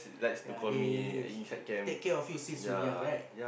yea they like take care of you since you young right